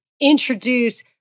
introduce